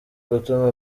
gutuma